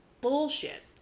bullshit